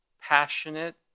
passionate